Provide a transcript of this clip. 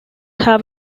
have